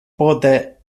pote